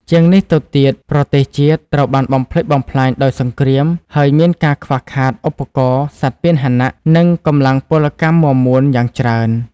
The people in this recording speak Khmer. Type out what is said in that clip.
ជាងនេះទៅទៀត ប្រទេសជាតិត្រូវបានបំផ្លិចបំផ្លាញដោយសង្គ្រាម ហើយមានការ ខ្វះខាតឧបករណ៍ សត្វពាហនៈ និងកម្លាំងពលកម្មមាំមួនយ៉ាងច្រើន។